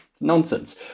Nonsense